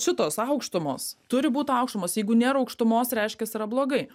šitos aukštumos turi būt aukštumos jeigu nėra aukštumos reiškias yra blogai